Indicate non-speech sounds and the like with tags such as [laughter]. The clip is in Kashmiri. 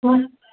[unintelligible]